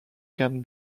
can